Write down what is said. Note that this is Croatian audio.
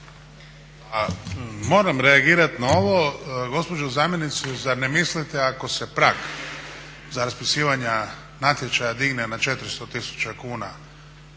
moram reagirat na ovo. Gospođo zamjenice, zar ne mislite ako se prag za raspisivanje natječaja digne na 400 tisuća